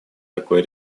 такое